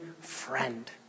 friend